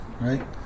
right